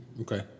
Okay